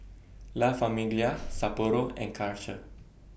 La Famiglia Sapporo and Karcher